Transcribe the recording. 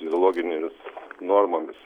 fiziologinėmis normomis